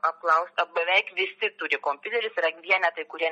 apklausta beveik visi turi kompiuterį yra vienetai kurie